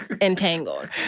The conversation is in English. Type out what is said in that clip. entangled